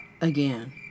again